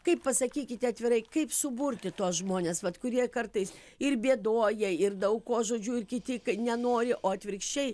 kaip pasakykite atvirai kaip suburti tuos žmones vat kurie kartais ir bėdoja ir daug kuo žodžiu ir kiti nenori o atvirkščiai